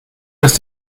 ist